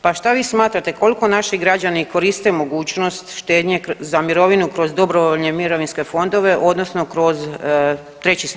Pa šta vi smatrate koliko naši građani koriste mogućnost štednje za mirovinu kroz dobrovoljne mirovinske fondove odnosno kroz treći stup?